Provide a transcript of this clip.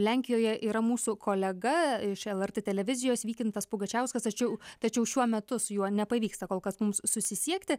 lenkijoje yra mūsų kolega iš lrt televizijos vykintas pugačiauskas tačiau tačiau šiuo metu su juo nepavyksta kol kas mums susisiekti